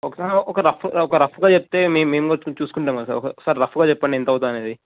ఒక ఒక రఫ్ ఒక రఫ్గా చెప్తే మేము మేము వచ్చి చూసుకుంటాం సార్ ఒక్కసారి రఫ్గా చెప్పండి ఎంత అవుతుంది అనేది